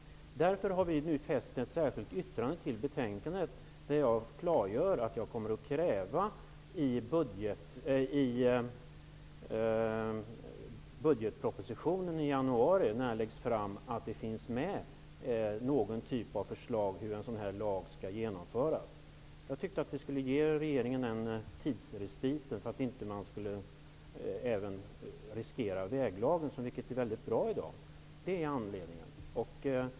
Därför har vi nu avgett ett särskilt yttrande till betänkandet. Jag klargör där att jag kommer att kräva det i budgetpropositionen när den läggs fram i januari att det finns med någon typ av förslag om hur en sådan här lag skall genomföras. Jag tycker att vi skall ge regeringen en tidsrespit så att inte också väglagen riskeras. Den är i dag mycket bra. Detta är alltså anledningen.